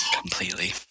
completely